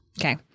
Okay